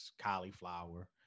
cauliflower